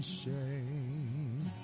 shame